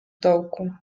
dołku